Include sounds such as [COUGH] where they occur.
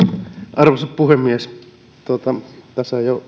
arvoisa puhemies tässähän jo [UNINTELLIGIBLE]